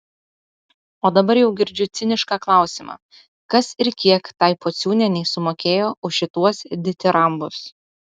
o dabar jau girdžiu cinišką klausimą kas ir kiek tai pociūnienei sumokėjo už šituos ditirambus